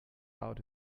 out